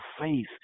faith